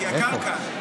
כי הקרקע,